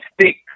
stick